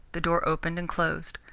the door opened and closed.